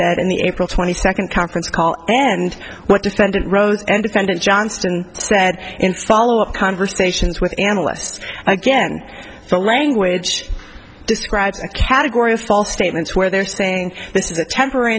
said in the april twenty second conference call and what defendant wrote and defendant johnston said in follow up conversations with analysts again the language describes a category of false statements where they're saying this is a temporary